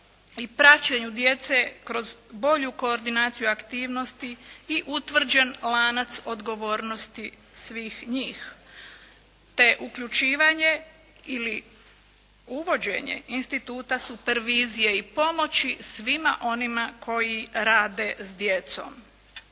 i praćenju djece kroz bolju koordinaciju aktivnosti i utvrđen lanac odgovornosti svih njih te uključivanje ili uvođenje instituta supervizije ili pomoći svima onima koji rade s djecom.